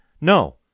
no